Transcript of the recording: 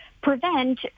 prevent